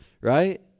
right